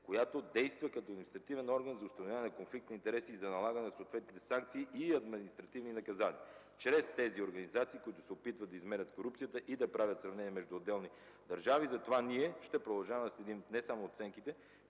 която действа като административен орган за установяване на конфликт на интереси и за налагане на съответните санкции и административни наказания чрез тези организации, които се опитват да измерят корупцията и да правят сравнение между отделни държави. Затова ние ще продължаваме да следим не само оценките,